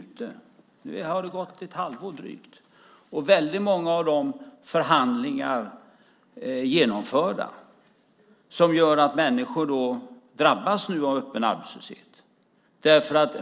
Nu har det gått drygt ett halvår. Väldigt många av de förhandlingar som gör att människor drabbas av öppen arbetslöshet är genomförda.